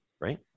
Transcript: right